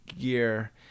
gear